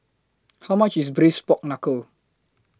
How much IS Braised Pork Knuckle